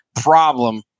problem